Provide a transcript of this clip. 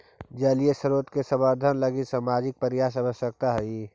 जलीय स्रोत के संवर्धन लगी सामाजिक प्रयास आवश्कता हई